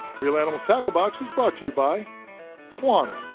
reel animals tackle box is brought to you by quantum,